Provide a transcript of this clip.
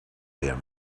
there